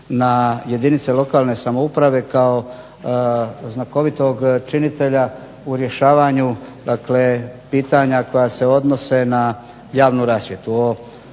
na jedinice lokalne samouprave kao znakovitog činitelja u rješavanju dakle pitanja koja se odnose na javnu rasvjetu.